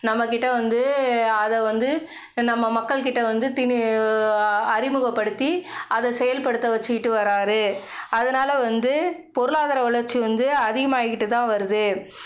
நம்ம கிட்டே வந்து அதை வந்து நம்ம மக்கள் கிட்டே வந்து திணி அறிமுகப்படுத்தி அதை செயல்படுத்த வச்சுட்டு வரார் அதனால் வந்து பொருளாதார வளர்ச்சி வந்து அதிகமாகிகிட்டுதான் வருது